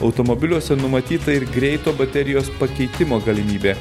automobiliuose numatyta ir greito baterijos pakeitimo galimybė